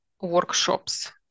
workshops